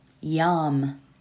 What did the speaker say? yum